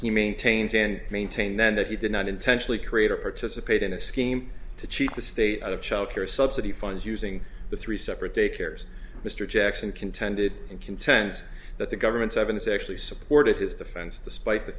he maintains and maintained then that he did not intentionally create or participate in a scheme to cheat the state of child care subsidy funds using the three separate daycares mr jackson contended in contends that the government's evidence actually supported his defense despite the